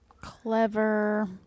Clever